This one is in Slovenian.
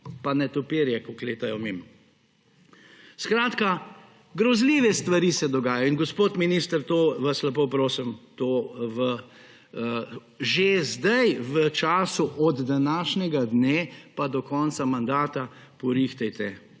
pa netopirje, kako letajo mimo. Skratka, grozljive stvari se dogajajo. Gospod minister, to vas lepo prosim, že sedaj v času od današnjega dne pa do konca mandata porihtajte